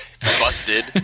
busted